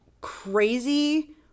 crazy